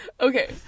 Okay